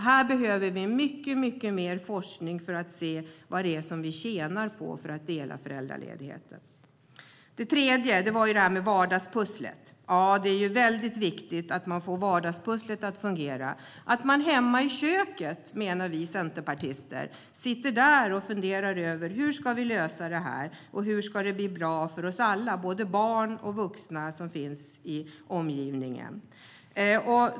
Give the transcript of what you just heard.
Vi behöver mycket mer forskning för att se vad vi tjänar på att dela föräldraledigheten. Den tredje principen gäller det här med vardagspusslet. Det är viktigt att man får vardagspusslet att gå ihop. Vi centerpartister menar att man hemma i köket ska sitta och fundera över hur man ska lösa det och hur det ska bli bra för alla, både barn och vuxna i omgivningen.